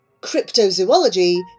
Cryptozoology